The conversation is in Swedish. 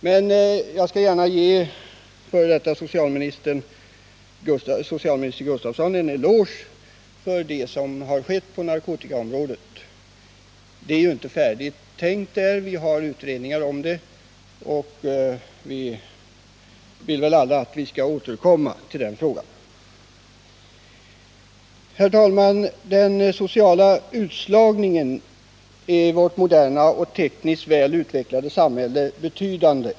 Men jag skall gärna ge f. d. socialministern Gustavsson en eloge för det som har skett på narkotikaområdet. Allt är inte färdigtänkt på det området. Men vi har utredningar på gång, och vi får återkomma till den frågan. Herr talman! Den sociala utslagningen är betydande i vårt moderna och tekniskt välutvecklade samhälle.